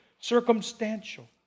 Circumstantial